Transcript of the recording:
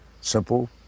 Simple